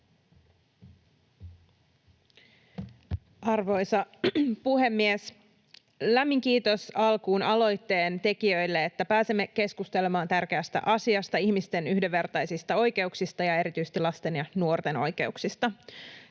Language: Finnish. Arvoisa puhemies! Lämmin kiitos alkuun aloitteen tekijöille, että pääsemme keskustelemaan tärkeästä asiasta, ihmisten yhdenvertaisista oikeuksista ja erityisesti lasten ja nuorten oikeuksista.